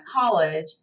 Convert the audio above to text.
college